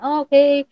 okay